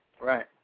right